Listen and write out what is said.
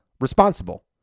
responsible